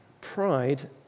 Pride